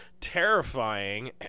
terrifying